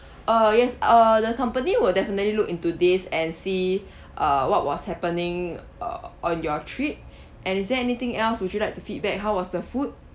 uh yes uh the company will definitely look into this and see uh what was happening uh on your trip and is there anything else would you like to feedback how was the food